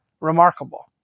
remarkable